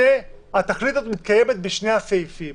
התכלית הזאת מתקיימת בשני הסעיפים.